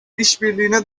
işbirliğine